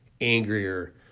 angrier